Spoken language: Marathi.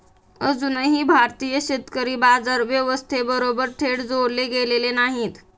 अजूनही भारतीय शेतकरी बाजार व्यवस्थेबरोबर थेट जोडले गेलेले नाहीत